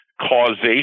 causation